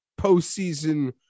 postseason